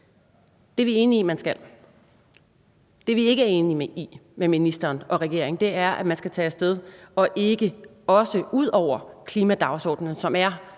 Det er vi enige i at man skal. Det, vi ikke er enige med ministeren og regeringen i, er, at man skal tage af sted og ikke også ud over klimadagsordenen, som er